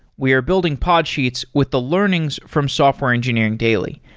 we are building podsheets with the learnings from software engineering daily.